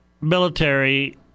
military